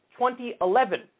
2011